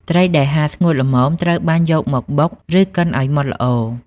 ត្រីដែលហាលស្ងួតល្មមត្រូវបានយកមកបុក ឬកិនឱ្យម៉ដ្ឋល្អ។